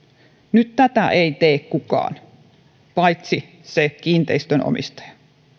nyt tätä ei tee kukaan paitsi se kiinteistön omistaja